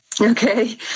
Okay